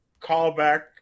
callback